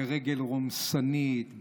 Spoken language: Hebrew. ברגל רומסנית,